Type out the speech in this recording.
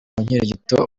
inkirigito